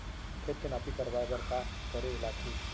खेत के नापी करवाये बर का करे लागही?